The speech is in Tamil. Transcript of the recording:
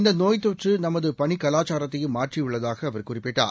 இந்தநோய் தொற்றுநமதபணிக் கலாச்சாரத்தையும் மாற்றியுள்ளதாகஅவர் குறிப்பிட்டார்